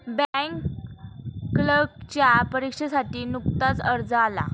bank क्लर्कच्या परीक्षेसाठी नुकताच अर्ज आला